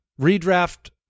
redraft